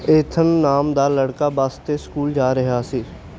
ਏਥਨ ਨਾਮ ਦਾ ਲੜਕਾ ਬੱਸ 'ਤੇ ਸਕੂਲ ਜਾ ਰਿਹਾ ਸੀ